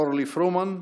אורלי פרומן.